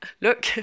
look